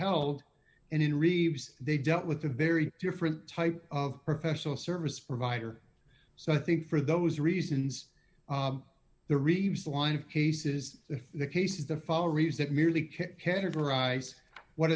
held and in reeves they dealt with a very different type of professional service provider so i think for those reasons the reeves line of cases the cases the fall reads that merely characterize what